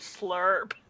Slurp